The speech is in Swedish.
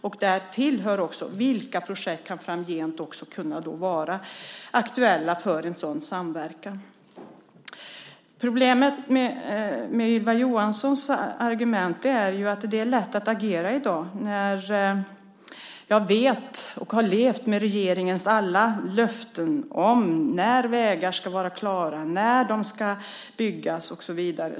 Dit hör också att se på vilka projekt som framgent kan vara aktuella för en sådan samverkan. Problemet med Ylva Johanssons argument är att det är lätt att i dag agera, men jag har levt med den förra regeringens alla löften om när vägar ska vara klara, när de ska byggas och så vidare.